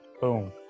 boom